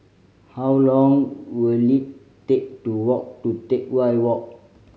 how long will it take to walk to Teck Whye Walk